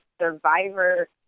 Survivor